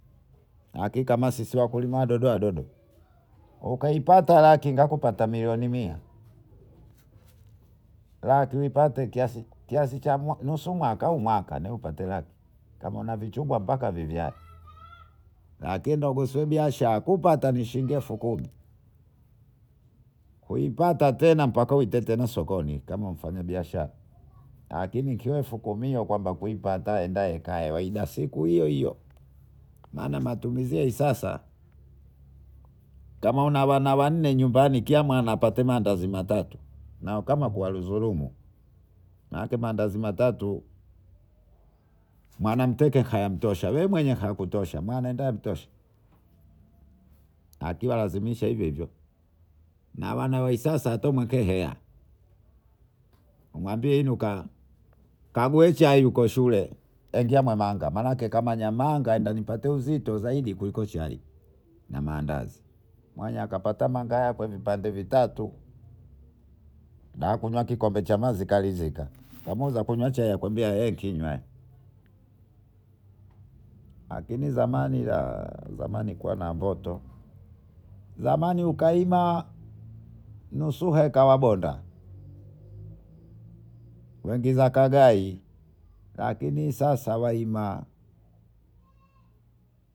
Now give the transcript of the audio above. Aki kama sisi wakulima wadodowadodo ukaipata laki nakuoata milioni mia lakini upata kiasi nusu mwaka au mwaka ndio upate lakikama unavichubwa mbaka viviani lakini kuhusu biashara kupata no shingi elfu kumi kuipata tena mbaka uitete tena sokoni. Kama mfanya biashara lakini ikiwa elfu kumi kwamba kuipataaendaekae waila siku hiyohiyo. Maana matumizi hiyo sasa kama una wana wanne nyumbani kila mwana apate maandazi matatu na kama kuwadhurumu maana maandazi matatu mwana mteke hayhayakutoshawenyehe hayakutosha mwana ndio yamtoshe akiwalazimisha hivyohivyo na wana wahisasa tomwekeeheya mwambie inuka kagwe chai huko shule ingia namanga manake kama namaga kanioatie uzito kuliko chai na maandazi. Mwenye kapata namanga vipande vitatu nakunywa kikombe cha mazi karidhikamkazi kunywa chai kawambia ee kinywa lakini zamani ahanikuwa naboto zamani kahima nusu heka waboda lakini sasa wahima.